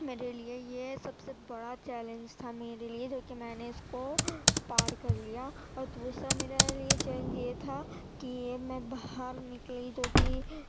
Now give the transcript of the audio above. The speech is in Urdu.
میرے لیے یہ سب سے بڑا چیلنج تھا میرے لیے جو کہ میں نے اس کو پار کر لیا اور دوسرا میرے لیے چیلنج یہ تھا کہ میں باہر نکلی جو کہ